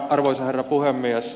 arvoisa herra puhemies